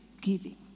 giving